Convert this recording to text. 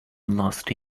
last